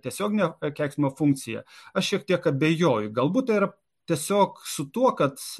tiesioginė kęsmo funkcija aš šiek tiek abejoju galbūt tai yra tiesiog su tuo kad